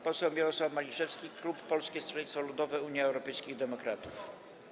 Poseł Mirosław Maliszewski, klub Polskiego Stronnictwa Ludowego - Unii Europejskich Demokratów.